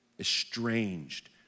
estranged